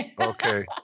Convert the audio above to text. Okay